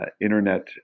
internet